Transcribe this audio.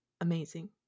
amazing